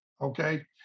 Okay